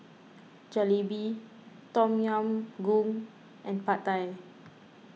Jalebi Tom Yam Goong and Pad Thai